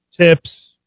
tips